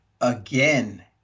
again